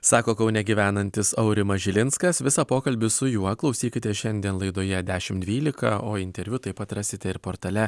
sako kaune gyvenantis aurimas žilinskas visą pokalbį su juo klausykite šiandien laidoje dešimt dvylika o interviu taip pat rasite ir portale